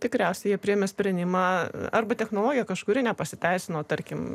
tikriausiai jie priėmė sprendimą arba technologija kažkuri nepasiteisino tarkim